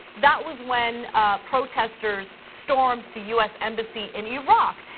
that was when protesters stormed the us embassy in iraq.